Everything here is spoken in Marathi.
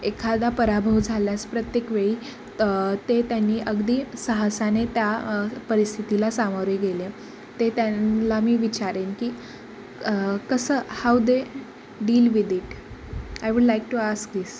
एखादा पराभव झाल्यास प्रत्येक वेळी ते त्यांनी अगदी साहसाने त्या परिस्थितीला सामोरे गेले ते त्यांला मी विचारेन की कसं how they deal with it I would like to ask this